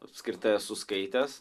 apskritai esu skaitęs